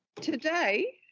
Today